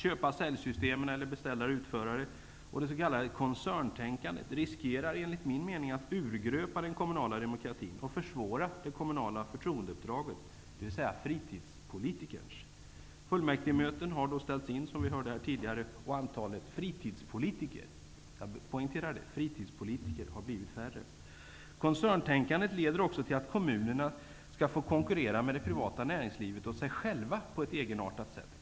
utförare, och det s.k. koncerntänkandet, riskerar enligt min mening att urgröpa den kommunala demokratin och försvåra det kommunala förtroendeuppdraget, dvs. fritidspolitikerns. Fullmäktigemöten har ställts in, som vi hörde tidigare, och antalet fritidspolitiker har blivit färre. Koncerntänkandet leder också till att kommunerna skall få konkurrera med det privata näringslivet och sig själva på ett egenartat sätt.